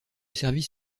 service